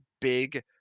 big